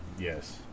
Yes